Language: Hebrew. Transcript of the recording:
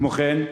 כמו כן,